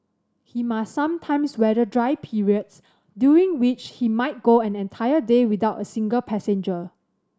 he must sometimes weather dry periods during which he might go an entire day without a single passenger